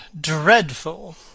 dreadful